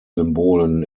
symbolen